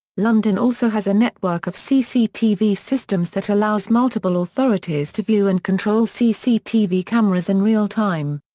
london also has a network of cctv systems that allows multiple authorities to view and control cctv cameras in real time.